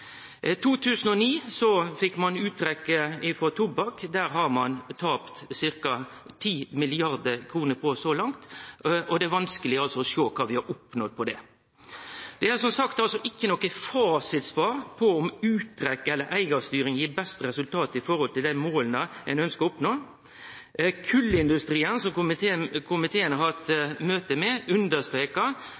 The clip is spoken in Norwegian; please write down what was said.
fekk ein uttrekk av tobakk. Det har ein tapt ca. 10 mrd. kr. på så langt, og det er vanskeleg å sjå kva vi har oppnådd med det. Det er som sagt ikkje noko fasitsvar på om uttrekk eller eigarstyring gir best resultat i forhold til dei måla ein ønskjer å oppnå. Kolindustrien som komiteen har hatt møte med, understreka